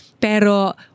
Pero